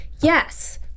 yes